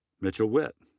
mitchell witt,